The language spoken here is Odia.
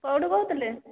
କେଉଁଠୁ କହୁଥିଲେ